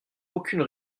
aucune